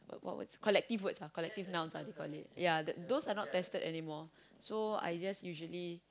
collective words collective nouns they call it ya those are not tested anymore so I usually